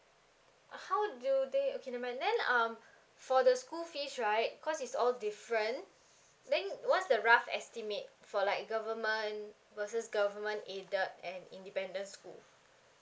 uh how do they okay never mind then um for the school fees right because it's all different then what's the rough estimate for like government versus government aided and independent school